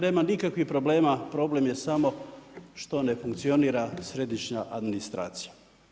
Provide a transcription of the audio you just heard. Nema nikakvih problema, problem je samo što ne funkcionira središnja administracija.